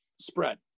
spread